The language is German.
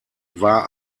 war